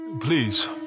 Please